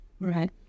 Right